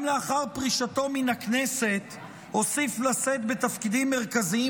גם לאחר פרישתו מן הכנסת הוסיף לשאת בתפקידים מרכזיים